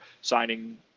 signing